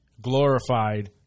glorified